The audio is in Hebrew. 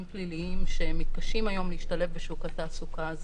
פליליים שמתקשים היום להשתלב בשוק העבודה.